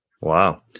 wow